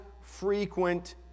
frequent